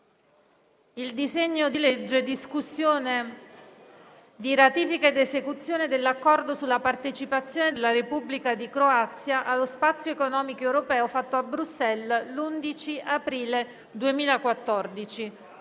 "Il link apre una nuova finestra") ***Ratifica ed esecuzione dell'Accordo sulla partecipazione della Repubblica di Croazia allo Spazio economico europeo, fatto a Bruxelles l'11 aprile 2014***